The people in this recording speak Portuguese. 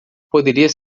poderia